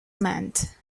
meant